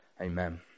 Amen